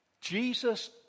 Jesus